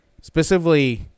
specifically